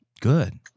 Good